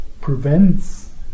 prevents